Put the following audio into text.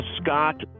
Scott